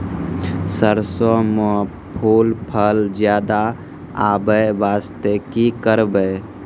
सरसों म फूल फल ज्यादा आबै बास्ते कि करबै?